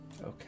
Okay